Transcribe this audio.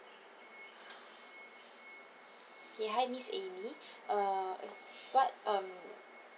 ya hi miss amy uh what um